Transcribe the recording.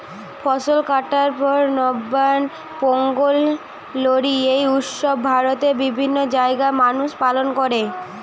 ফসল কাটার পর নবান্ন, পোঙ্গল, লোরী এই উৎসব ভারতের বিভিন্ন জাগায় মানুষ পালন কোরে